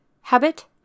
habit